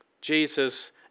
Jesus